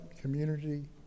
community